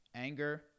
Anger